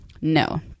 No